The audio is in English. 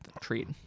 treat